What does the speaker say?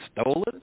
stolen